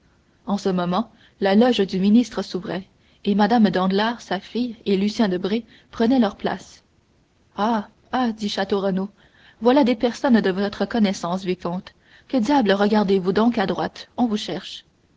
en ce moment la loge du ministre s'ouvrait et mme danglars sa fille et lucien debray prenaient leurs places ah ah dit château renaud voilà des personnes de votre connaissance vicomte que diable regardez-vous donc à droite on vous cherche